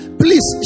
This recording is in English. please